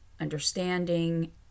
understanding